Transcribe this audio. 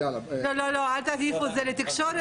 לא, אל תביאי את זה לתקשורת.